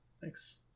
Thanks